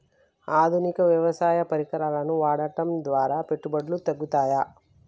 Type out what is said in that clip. ఆధునిక వ్యవసాయ పరికరాలను వాడటం ద్వారా పెట్టుబడులు తగ్గుతయ?